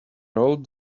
rolled